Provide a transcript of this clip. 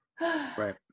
Right